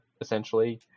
essentially